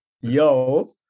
yo